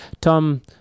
Tom